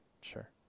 Sure